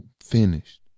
finished